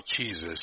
Jesus